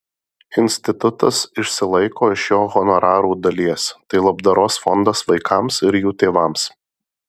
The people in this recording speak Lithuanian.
institutas išsilaiko iš jo honorarų dalies tai labdaros fondas vaikams ir jų tėvams